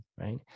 right